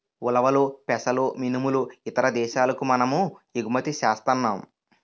ఉలవలు పెసలు మినుములు ఇతర దేశాలకు మనము ఎగుమతి సేస్తన్నాం